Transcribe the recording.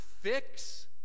fix